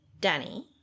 Danny